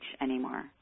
anymore